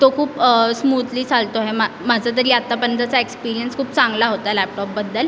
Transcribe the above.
तो खूप स्मूथली चालतो आहे मा माझा तरी आतापर्यंतचा एक्सपीरीयन्स खूप चांगला होता लॅपटॉपबद्दल